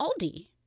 Aldi